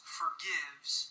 forgives